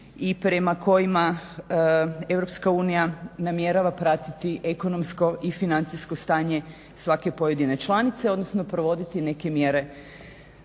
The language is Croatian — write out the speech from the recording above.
i prema kojima EU namjerava pratiti ekonomsko i financijsko stanje svake pojedine članice, odnosno provoditi neke mjere